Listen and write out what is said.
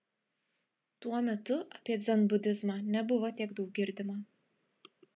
tuo metu apie dzenbudizmą nebuvo tiek daug girdima